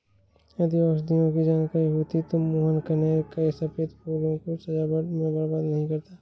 यदि औषधियों की जानकारी होती तो मोहन कनेर के सफेद फूलों को सजावट में बर्बाद नहीं करता